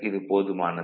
இது போதுமானது